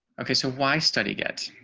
okay. so why study get